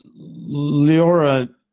Leora